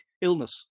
illness